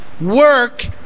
work